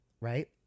right